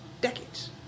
decades